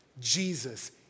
Jesus